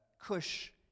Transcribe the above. Cush